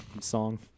song